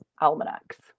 almanacs